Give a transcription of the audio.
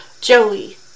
Joey